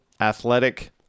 athletic